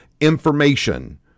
information